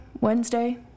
Wednesday